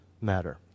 matter